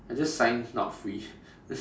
I just signed not free